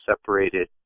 separated